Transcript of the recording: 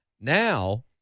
Now